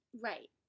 Right